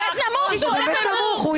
באמת נמוך, זה באמת נמוך.